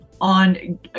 on